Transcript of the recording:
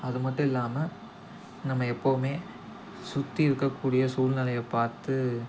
அதுமட்டும் இல்லாமல் நம்ம எப்பவுமே சுற்றி இருக்கக்கூடிய சூழ்நெலைய பார்த்து